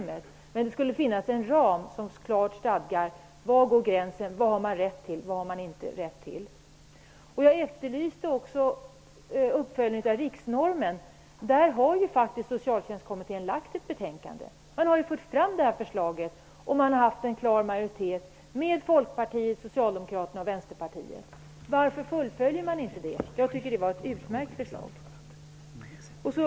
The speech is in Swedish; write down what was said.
Men det skulle behövas en ram som klart stadgar var gränsen går, vad man har rätt till och inte rätt till. Jag efterlyste också uppföljningen av riksnormen. Där har faktiskt Socialtjänstkommittén lagt fram ett betänkande. Man har fört fram ett förslag. Det finns en klar majoritet av Folkpartiet, Socialdemokraterna och Vänsterpartiet. Varför fullföljer man inte det? Jag tycker att det var ett utmärkt förslag.